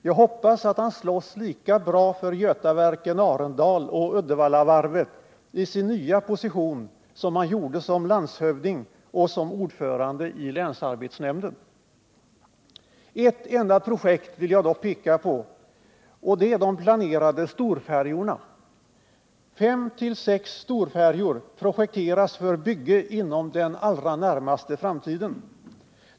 Jag hoppas att han slåss lika bra för Götaverken, Arendal och Uddevallavarvet i sin nya position som han gjorde som landshövding och som ordförande i länsarbetsnämnden. Ett enda projekt vill jag dock peka på: de planerade storfärjorna. Fem å sex storfärjor projekteras för bygge inom den allra närmaste framtiden.